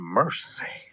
mercy